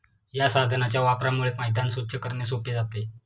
या साधनाच्या वापरामुळे मैदान स्वच्छ करणे सोपे जाते